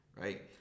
right